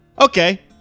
Okay